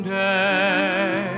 day